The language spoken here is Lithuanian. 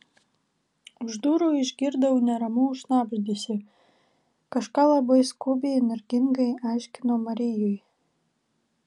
už durų išgirdau neramų šnabždesį kažką labai skubiai energingai aiškino marijui